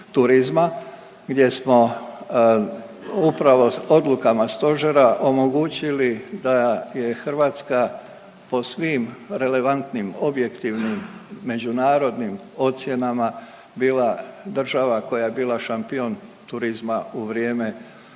gdje smo upravo odlukama Stožera omogućili da je Hrvatska po svim relevantnim objektivnim međunarodnim ocjenama bila država koja je bila šampion turizma u vrijeme Covida-19.